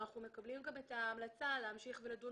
אנחנו מקבלים גם את ההמלצה להמשיך ולדון